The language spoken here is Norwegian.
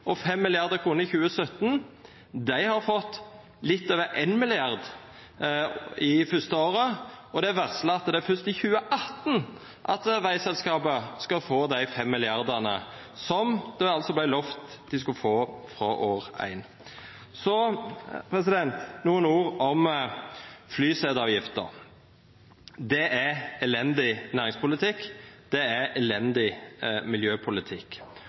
og 5 mrd. kr i 2017, har fått litt over 1 mrd. kr første året, og det er varsla at først i 2018 skal vegselskapet få dei 5 mrd. kr som det altså var lova at dei skulle få frå år éin. Så nokre ord om flyseteavgifta: Det er elendig næringspolitikk, og det er elendig miljøpolitikk.